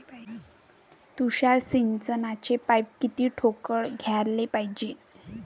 तुषार सिंचनाचे पाइप किती ठोकळ घ्याले पायजे?